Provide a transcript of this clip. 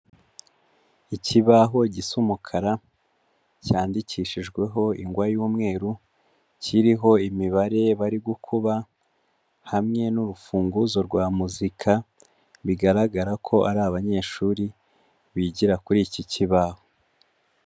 Ikibaho gisa umukara, cyandikishijweho ingwa y'umweru, kiriho imibare bari gukuba hamwe n'urufunguzo rwa muzika, bigaragara ko ari abanyeshuri bigira kuri iki kibaho.